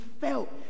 felt